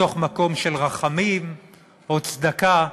מתוך מקום של רחמים או צדקה.